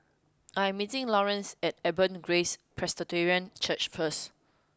I am meeting Laurance at Abundant Grace Presbyterian Church first